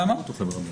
לא,